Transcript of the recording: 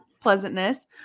pleasantness